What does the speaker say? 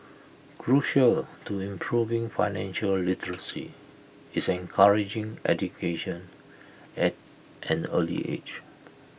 crucial to improving financial literacy is encouraging education at an early age